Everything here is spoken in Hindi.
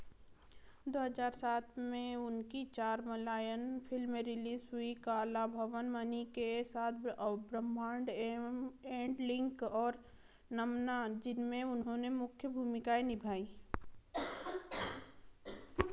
दो हज़ार सात में उनकी चार मलयालम फिल्में रिलीज हुईं कलाभवन मणि के साथ अब्राहम एंड लिंकन और नन्मा जिनमें उन्होंने मुख्य भूमिकाएँ निभाईं